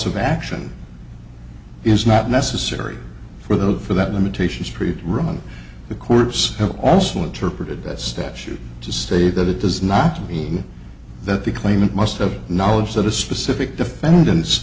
of action is not necessary for the for that limitation street room and the courts have also interpreted that statute to state that it does not mean that the claimant must have knowledge that a specific defendant